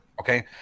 okay